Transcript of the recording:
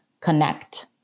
connect